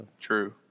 True